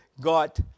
got